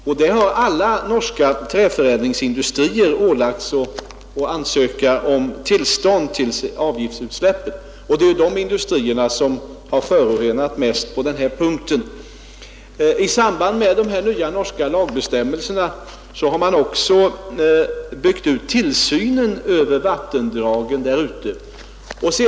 Enligt denna har alla norska träförädlingsindustrier ålagts att ansöka om tillstånd till avloppsutsläppet. Det är dessa industrier som förorenat mest. I samband med de nya norska lagbestämmelserna har man vidare byggt ut tillsynen över vattendragen.